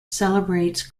celebrates